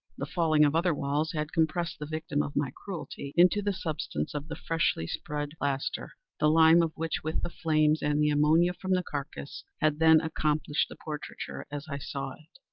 the falling of other walls had compressed the victim of my cruelty into the substance of the freshly-spread plaster the lime of which, with the flames, and the ammonia from the carcass, had then accomplished the portraiture as i saw it.